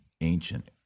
ancient